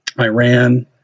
Iran